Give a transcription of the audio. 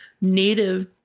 native